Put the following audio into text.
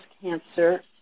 cancer